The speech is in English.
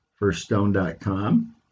firststone.com